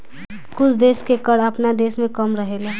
कुछ देश के कर आपना देश से कम रहेला